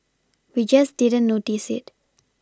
we just didn't notice it